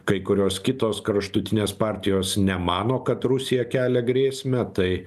kai kurios kitos kraštutinės partijos nemano kad rusija kelia grėsmę tai